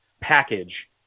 package